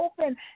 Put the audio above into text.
open